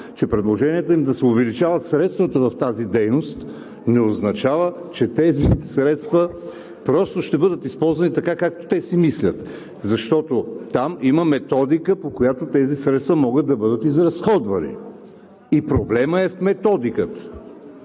че предложенията им да се увеличават средствата в тази дейност не означава, че тези средства просто ще бъдат използвани така, както те си мислят, защото там има методика, по която средствата могат да бъдат изразходвани. И проблемът е в методиката.